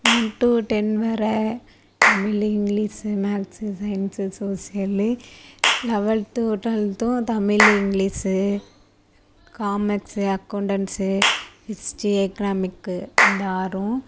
one two ten வர Tamil English maths science social eleventh டுவெல்த்தும் Tamil English commerce accountancy history economic இந்த ஆறும்